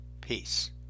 Peace